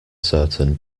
certain